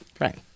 Right